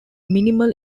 minimal